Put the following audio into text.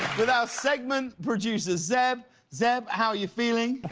with our segment producer zeb. zeb, how you feeling?